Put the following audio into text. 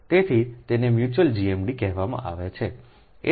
તેથી તેને mutual GMD કહેવામાં આવે છે